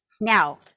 Now